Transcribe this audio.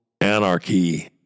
Anarchy